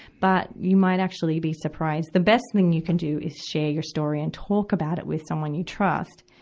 but, you might actually be surprised. the best thig and you can do is share your story and talk about it with someone you trust.